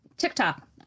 TikTok